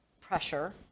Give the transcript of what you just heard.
pressure